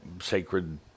sacred